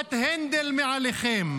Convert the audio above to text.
חרפת הנדל מעליכם.